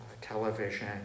Television